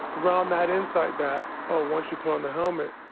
around that insight that oh, once you put on the helmet,